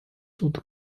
would